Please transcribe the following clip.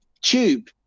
tube